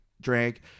drank